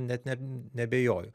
net neabejoju